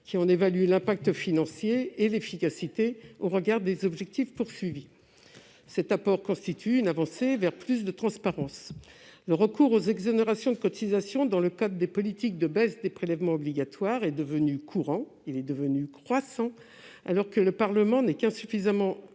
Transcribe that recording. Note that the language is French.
qui en évalue l'impact financier et l'efficacité au regard des objectifs visés. Cet apport constitue une avancée vers plus de transparence. Le recours aux exonérations de cotisations dans le cadre des politiques de baisse des prélèvements obligatoires est devenu courant et croissant, alors que le Parlement n'est qu'insuffisamment